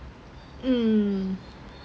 mm